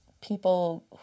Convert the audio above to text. people